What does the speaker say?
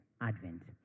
Advent